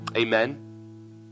amen